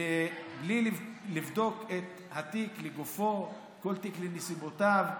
בלי לבדוק את התיק לגופו, כל תיק לנסיבותיו.